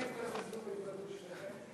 אולי תתקזזו, שניכם?